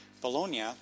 Bologna